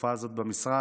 בתקופה הזאת במשרד,